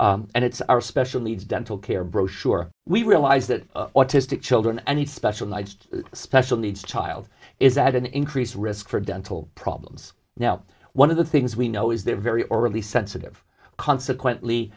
and it's our special needs dental care brochure we realize that autistic children and specialized special needs child is at an increased risk for dental problems now one of the things we know is they're very or really sensitive consequently